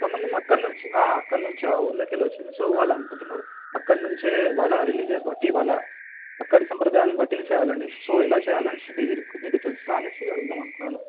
సంబంధం అక్కడ నుంచి అక్కడ నుంచి ఆ ఊళ్ళోకి వెళ్ళే వచ్చింది సో వాళ్ళను అనుకుంటున్నారు అక్కద నుంచి వాళ్ళ రిలీజియస్ బట్టి వాళ్ళ అక్కడ సాంప్రదాయాలును బట్టి చేయాలి అని సో ఎలా చేయాలి అని నేను ఇరుక్కు మీకు తెలుసా అని అడుగుదాం అనుకున్నాను